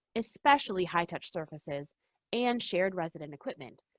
especially high-touch surfaces and shared resident equipment,